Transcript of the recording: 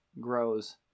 grows